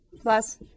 plus